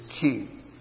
king